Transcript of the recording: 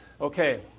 Okay